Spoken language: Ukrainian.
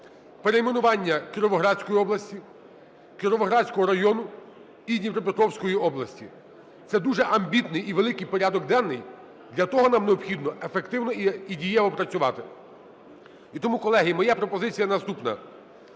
перейменування Кіровоградської області, Кіровоградського району і Дніпропетровської області. Це дуже амбітний і великий порядок денний. Для того нам необхідно ефективно і дієво працювати. І тому, колеги, моя пропозиція наступна.